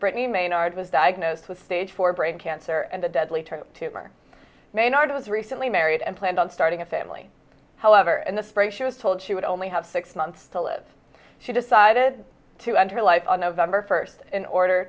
brittany maine ours was diagnosed with stage four brain cancer and a deadly turn tumor main artery was recently married and planned on starting a family however and this break she was told she would only have six months to live she decided to end her life on november first in order